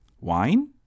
Wine